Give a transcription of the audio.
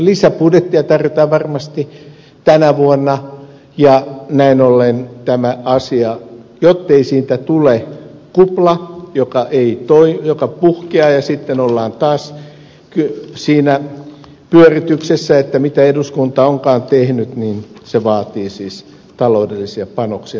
lisäbudjettia tarvitaan varmasti tänä vuonna ja näin ollen tämä asia vaatii siis taloudellisia panoksia jottei siitä tule kupla joka puhkeaa ja sitten ollaan taas siinä pyörityksessä että mitä eduskunta onkaan tehnyt niin se vaatii siis taloudellisia panoksia